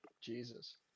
Jesus